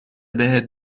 بهت